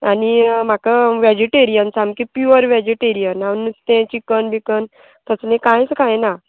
आनी म्हाका वॅजिटेरियन सामकें प्युअर वेजीटेरियन हांव नुस्तें चिकन बिकन तसलें कांयच कांय ना